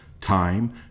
time